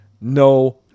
No